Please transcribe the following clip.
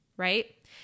right